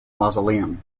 mausoleum